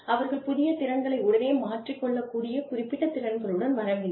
அவர்கள் புதியத் திறன்களை உடனே மாற்றிக் கொள்ளக்கூடிய குறிப்பிட்ட திறன்களுடன் வர வேண்டும்